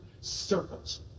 circles